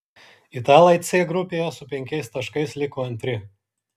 italai c grupėje su penkiais taškais liko antri